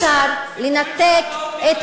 אי-אפשר לנתק, יותר.